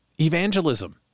Evangelism